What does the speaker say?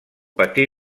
patí